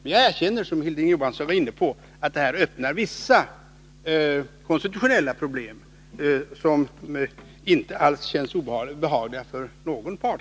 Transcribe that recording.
Jag erkänner, vilket Hilding Johansson var inne på, att det här öppnar vissa konstitutionella problem, som kanske inte känns behagliga för någon part.